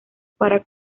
para